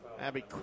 Abby